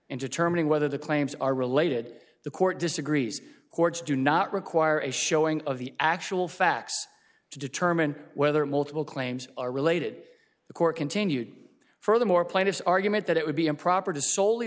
and determining whether the claims are related the court disagrees courts do not require a showing of the actual facts to determine whether multiple claims are related the court continued furthermore plaintiff's argument that it would be improper to s